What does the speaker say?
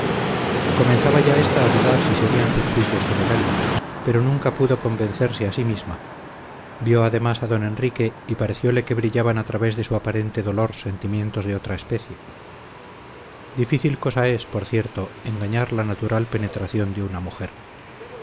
comenzaba ya ésta a dudar si serían sus juicios temerarios pero nunca pudo convencerse a sí misma vio además a don enrique y parecióle que brillaban al través de su aparente dolor sentimientos de otra especie difícil cosa es por cierto engañar la natural penetración de una mujer